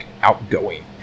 outgoing